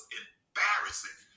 embarrassing